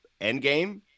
Endgame